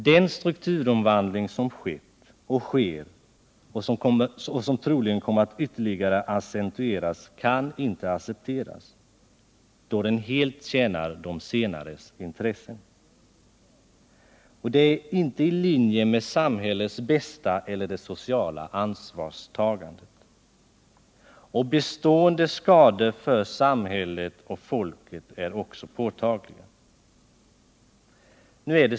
Den strukturomvandling som skett och sker och som troligen kommer att ytterligare accentueras kan inte accepteras, då den helt tjänar de senares intressen. Den är inte i linje med samhällets bästa eller det sociala ansvarstagandet. Bestående skador för samhället och folket är också påtagliga.